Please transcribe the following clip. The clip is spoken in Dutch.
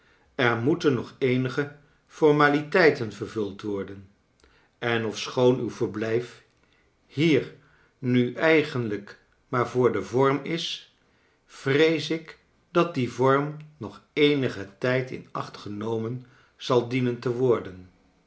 er mocten nog eenige f ormaliteiten vervuld worden en ofschoon uw verblijf hier nu eigenlijk maar voor den vorm is vrees ik dat die vorm nog eenigen tijd in acht genomen zal dienen te worden